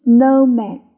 Snowman